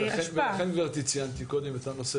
לכן גבירתי ציינתי קודם את הנושא